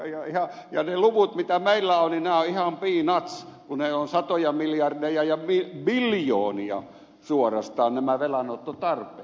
ja ne luvut mitä meillä on nehän ovat ihan peanuts kun ne ovat satoja miljardeja ja biljoonia suorastaan nämä velanottotarpeet